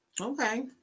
Okay